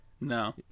No